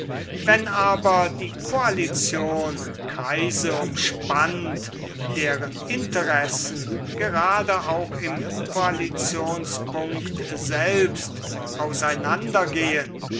wenn aber die koalition kreise umspannt deren interessen gerade auch im koalitionspunkt selbst auseinandergehen